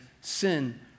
sin